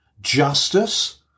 justice